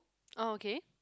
oh okay